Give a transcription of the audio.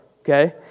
okay